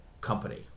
company